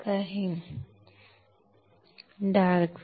का dark field